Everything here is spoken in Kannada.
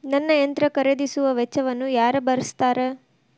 ನನ್ನ ಯಂತ್ರ ಖರೇದಿಸುವ ವೆಚ್ಚವನ್ನು ಯಾರ ಭರ್ಸತಾರ್?